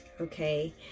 Okay